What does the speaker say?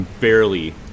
barely